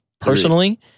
Personally